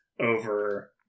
over